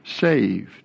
saved